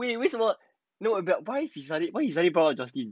I mean 为什么 no but no but why so suddenly brought up jocelyn